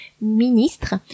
Ministre